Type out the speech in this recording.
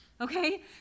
Okay